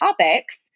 topics